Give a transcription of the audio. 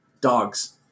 Dogs